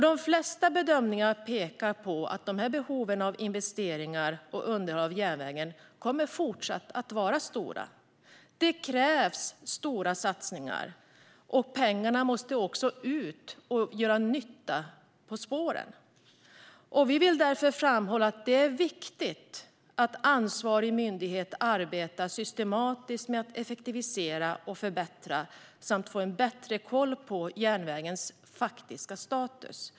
De flesta bedömningar pekar på att behoven av investeringar och underhåll av järnväg kommer att fortsätta vara stora. Det krävs stora satsningar, och pengarna måste ut och göra nytta på spåren. Vi vill därför framhålla att det är viktigt att ansvarig myndighet arbetar systematiskt med att effektivisera och förbättra samt få bättre koll på järnvägens faktiska status.